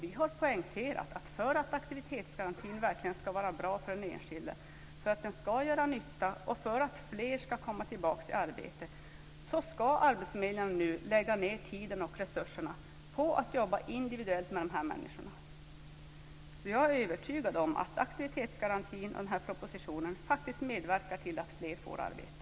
Vi har poängterat att för att aktivitetsgarantin verkligen ska vara bra för den enskilda, för att den ska göra nytta och för att fler ska komma tillbaka i arbete ska arbetsförmedlingarna nu lägga ned tid och resurser på att jobba individuellt med de här människorna. Jag är övertygad om att aktivitetsgarantin och den här propositionen faktiskt medverkar till att fler får arbete.